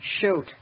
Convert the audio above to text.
Shoot